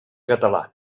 català